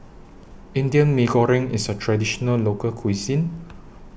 Indian Mee Goreng IS A Traditional Local Cuisine